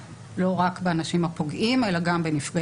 בנפגעים.